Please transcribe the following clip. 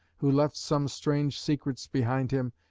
who left some strange secrets behind him,